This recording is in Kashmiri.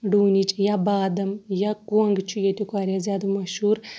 ڈوٗنِچ یا بادَم یا کۄنٛگ چھُ ییٚتیُٚک واریاہ زیادٕ مشہوٗر